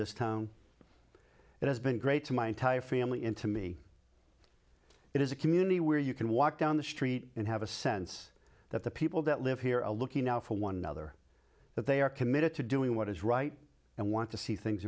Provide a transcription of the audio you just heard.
this town it has been great to my entire family and to me it is a community where you can walk down the street and have a sense that the people that live here are looking out for one another that they are committed to doing what is right and want to see things